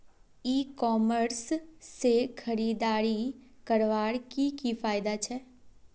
ई commerce से खरीदारी करवार की की फायदा छे?